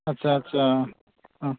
आदसा आदसा